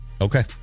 Okay